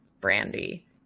brandy